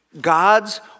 God's